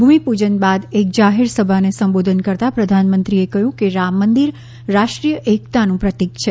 ભૂમિપૂજન બાદ એક જાહેર સભાને સંબોધન કરતાં પ્રધાનમંત્રીએ કહ્યું કે રામ મંદિર રાષ્ટ્રીય એકતાનું પ્રતિક છે